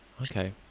Okay